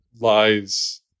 lies